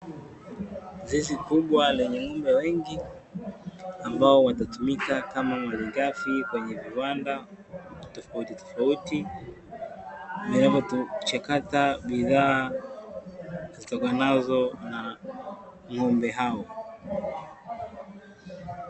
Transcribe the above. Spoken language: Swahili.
Zizi kubwa lenye ng'ombe wengi, ambao watatumika kama malighafi kwenye viwanda tofautitofauti, vinavyochakata bidhaa zitokanazo na ng'ombe hao.